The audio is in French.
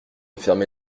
fermer